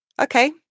Okay